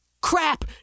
Crap